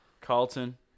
Carlton